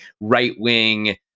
right-wing